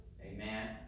Amen